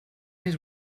his